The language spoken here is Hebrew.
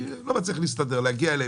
לא מצליח להגיע אליהם.